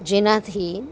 જેનાથી